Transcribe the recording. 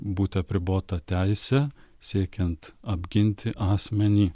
būti apribota teise siekiant apginti asmenį